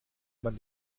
man